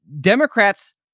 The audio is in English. Democrats